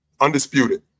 Undisputed